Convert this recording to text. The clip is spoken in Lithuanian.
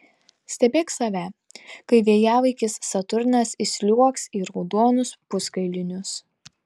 stebėk save kai vėjavaikis saturnas įsliuogs į raudonus puskailinius